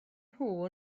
nhw